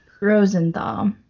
Rosenthal